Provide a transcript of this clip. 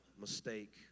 mistake